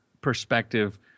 perspective